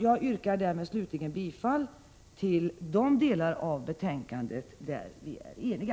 Jag yrkar därmed slutligen bifall till de delar av betänkandet där vi är eniga.